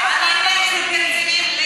שוויון זה לא חוכמה לתת אותם תקציבים,